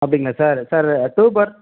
அப்படிங்களா sir sir அது two per